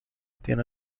tiene